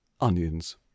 Onions